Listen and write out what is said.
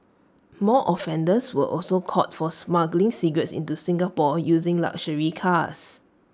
more offenders were also caught for smuggling cigarettes into Singapore using luxury cars